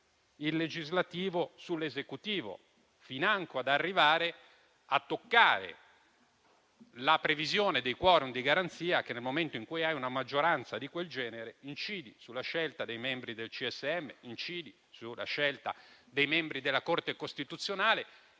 il legislativo sull'esecutivo, financo ad arrivare a toccare la previsione dei *quorum* di garanzia che, nel momento in cui si ha una maggioranza di quel genere, incide sulla scelta dei membri del CSM, incide sulla scelta dei membri della Corte costituzionale.